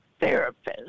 therapist